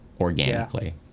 organically